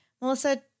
Melissa